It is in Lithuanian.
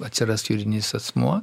atsiras juridinis asmuo